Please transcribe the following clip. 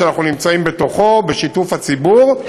שאנחנו נמצאים בתוכו בשיתוף הציבור,